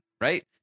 right